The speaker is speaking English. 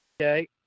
Okay